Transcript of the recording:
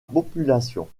population